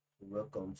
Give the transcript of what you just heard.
welcome